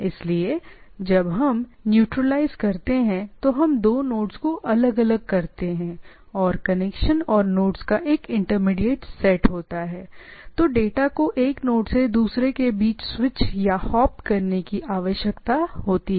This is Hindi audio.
इसलिए जब हम न्यूट्रलाइज करते हैं और हम दो नोड्स को अलग अलग करते हैं और कनेक्शन और नोड्स का एक इंटरमीडिएट सेट होता है तो डेटा को एक नोड से दूसरे के बीच स्विच या हॉप करने की आवश्यकता होती है